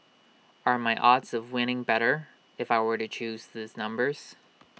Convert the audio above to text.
are my odds of winning better if I were to choose these numbers